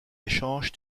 échange